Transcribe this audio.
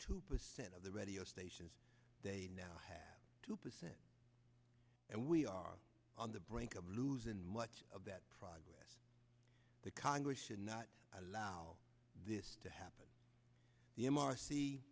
two percent of the radio stations they now have two percent and we are on the brink of losing much of that progress the congress should not allow this to happen